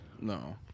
No